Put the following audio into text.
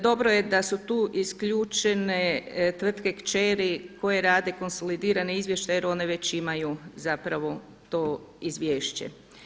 Dobro je da su tu isključene tvrtke kćeri koje rade konsolidirani izvještaj jer one već imaju zapravo to izvješće.